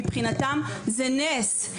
מבחינתן זה נס.